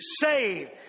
saved